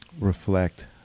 reflect